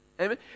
Amen